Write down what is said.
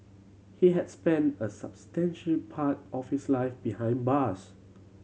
he had spent a substantial part of his life behind bars